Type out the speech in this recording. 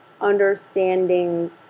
understanding